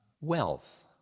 Wealth